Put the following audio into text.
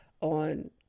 on